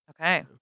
Okay